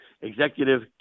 executive